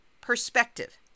perspective